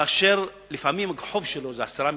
כאשר לפעמים החוב שלו זה 10 מיליונים,